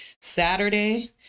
Saturday